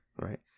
Right